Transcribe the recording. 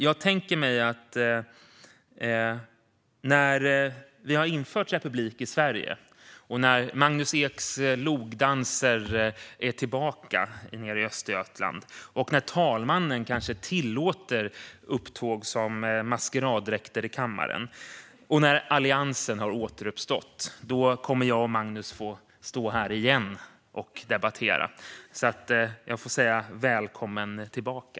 Jag tänker mig att när vi har infört republik i Sverige, när Magnus Eks logdanser nere i Östergötland är tillbaka, när talmannen kanske tillåter upptåg med maskeraddräkter i kammaren och när Alliansen har återuppstått kommer jag och Magnus att få stå här igen och debattera. Jag får därför säga: Välkommen tillbaka!